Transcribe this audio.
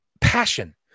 Passion